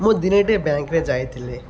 ମୁଁ ଦିନଟେ ବ୍ୟାଙ୍କ୍ରେ ଯାଇଥିଲି